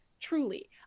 truly